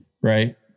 right